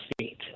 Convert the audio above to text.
seat